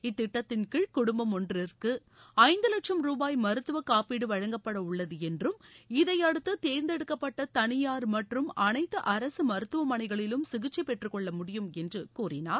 இத்திட்டத்தின் கீழ் குடும்பம் ஒன்றிற்கு ஐந்து லட்சம் ரூபாய் மருத்துவ காப்பீடு வழங்கப்பட உள்ளது என்றும் இதையடுத்து தேர்ந்தெடுக்கப்பட்ட தனியார் மற்றும் அனைத்து அரசு மருத்துவமனைகளிலும் சிகிச்சை பெற்றுக்கொள்ள முடியும் என்று கூறினார்